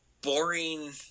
boring